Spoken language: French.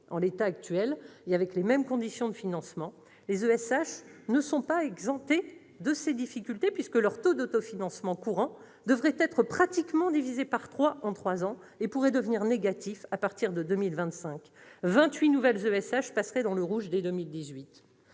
En l'état actuel, et avec les mêmes conditions de financement, les ESH ne sont pas exemptées de ces problèmes, puisque leur taux d'autofinancement courant devrait être pratiquement divisé par trois en trois ans et pourrait devenir négatif à partir de 2025. Ce sont 28 nouvelles ESH qui passeraient dans le rouge dès 2018.